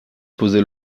posé